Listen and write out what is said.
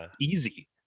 easy